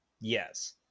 yes